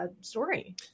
story